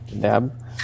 Dab